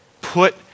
put